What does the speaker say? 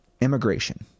immigration